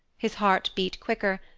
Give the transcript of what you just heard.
his heart beat quicker,